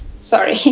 Sorry